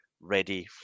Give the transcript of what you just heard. ready